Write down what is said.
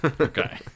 okay